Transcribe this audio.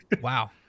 Wow